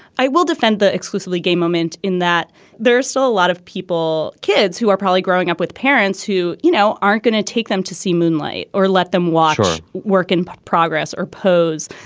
i will defend the exclusively gay moment in that there's still a lot of people, kids who are probably growing up with parents who, you know, aren't going to take them to see moonlite or let them water work in progress or pose.